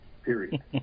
period